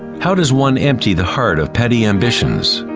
how does one empty the heart of petty ambitions?